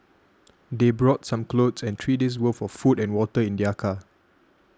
they brought some clothes and three day' worth of food and water in their car